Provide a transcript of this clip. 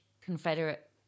Confederate